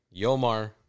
Yomar